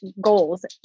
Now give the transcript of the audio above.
goals